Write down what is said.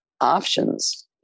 options